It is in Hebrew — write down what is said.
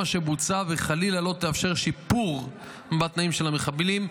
שבוצעה וחלילה לא תאפשר שיפור עם התנאים של המחבלים.